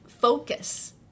focus